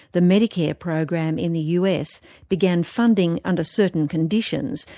the medicare program in the us began funding, under certain conditions,